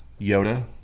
Yoda